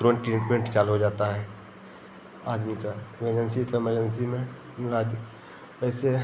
तुरंत ट्रीटमेंट चालू हो जाता है आदमी का एमर्जेंसी तो एमर्जेंसी में मतलब आद ऐसे